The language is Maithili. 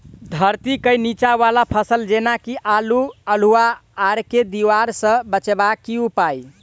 धरती केँ नीचा वला फसल जेना की आलु, अल्हुआ आर केँ दीवार सऽ बचेबाक की उपाय?